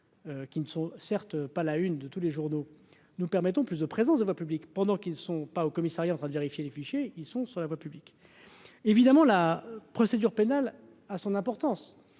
qui ne sont certes pas la une de tous les journaux nous permettons plus de présence de voie publique pendant qu'ils sont pas au commissariat en train de vérifier les fichiers, ils sont sur la voie publique évidemment la procédure pénale a son importance